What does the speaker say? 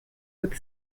with